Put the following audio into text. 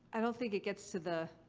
i don't think it gets to the.